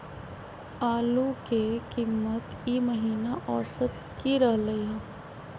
आलू के कीमत ई महिना औसत की रहलई ह?